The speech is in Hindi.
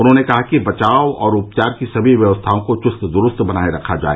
उन्होंने कहा कि बचाव और उपचार की सभी व्यवस्थाओं को चुस्त दुरुस्त बनाए रखा जाए